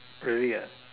really ah